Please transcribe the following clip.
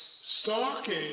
stalking